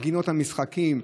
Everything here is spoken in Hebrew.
גינות המשחקים,